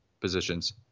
positions